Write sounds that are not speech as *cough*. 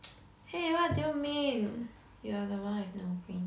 *noise* !hey! what do you mean you are the one with no brain